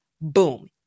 Boom